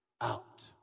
out